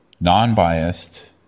non-biased